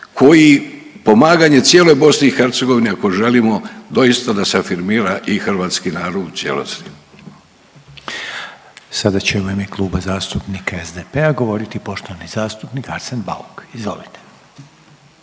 koji pomaganje cijeloj BiH ako želimo doista da se afirmira i hrvatski narod u cijelosti. **Reiner, Željko (HDZ)** Sada će u ime Kluba zastupnika SDP-a govoriti poštovani zastupnik Arsen Bauk. Izvolite.